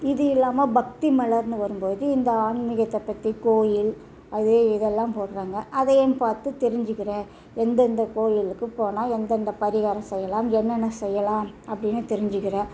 இது இல்லாமல் பக்தி மலர்னு வரும்போது இந்த ஆன்மீகத்தப் பற்றி கோவில் அது இதெல்லாம் போடுறாங்க அதையும் பார்த்து தெரிஞ்சுக்கிறேன் எந்தெந்த கோவிலுக்குப் போனால் எந்தெந்தப் பரிகாரம் செய்யலாம் என்னென்ன செய்யலாம் அப்படினு தெரிஞ்சுக்கிறேன்